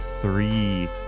three